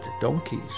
donkeys